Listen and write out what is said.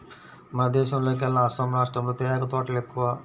మన దేశంలోకెల్లా అస్సాం రాష్టంలో తేయాకు తోటలు ఎక్కువ